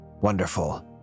Wonderful